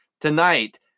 Tonight